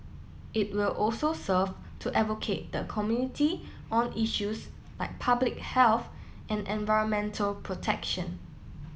it will also serve to advocate the community on issues like public health and environmental protection